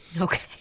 Okay